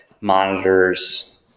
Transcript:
monitors